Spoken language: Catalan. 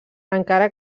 encara